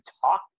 talk